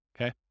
okay